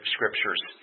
Scriptures